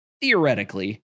theoretically